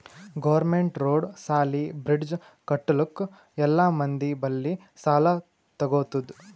government road, ಸಾಲಿ, bridge ಕಟ್ಟಲುಕ್ ಎಲ್ಲಾ ಮಂದಿ ಬಲ್ಲಿ ಸಾಲಾ ತಗೊತ್ತುದ್